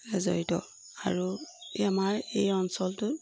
হে জড়িত আৰু আমাৰ এই অঞ্চলটোত